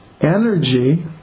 energy